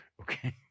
okay